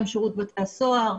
גם שירות בתי הסוהר,